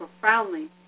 profoundly